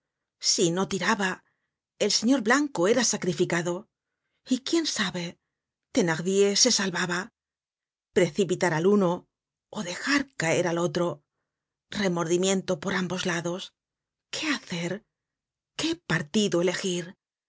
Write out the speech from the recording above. si no tiraba el señor blanco era sacrificado y quién sabe thenardier se salvaba precipitar al uno ó dejar caer al otro remordimiento por ambos lados qué hacer qué partido elegir